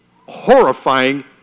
horrifying